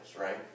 right